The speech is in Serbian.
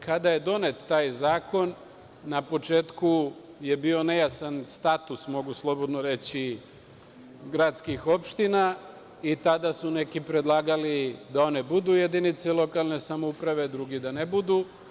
Kada je donet taj zakon na početku je bio nejasan status, mogu slobodno reći, gradskih opština i tada su neki predlagali da one budu jedinice lokalne samouprave, drugi da ne budu.